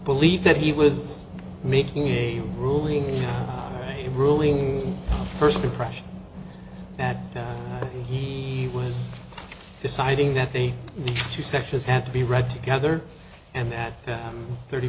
believe that he was making a ruling a ruling first impression that he was deciding that the two sections had to be read together and that thirty